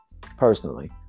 personally